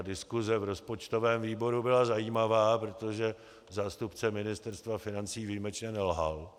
Diskuse v rozpočtovém výboru byla zajímavá, protože zástupce Ministerstva financí výjimečně nelhal.